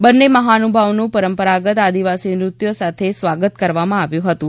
બંને મહાનુભાવોનું પરંપરાગત આદિવાસી નૃત્ય દ્વારા સ્વાતગત કરવામાં આવ્યુંા હતું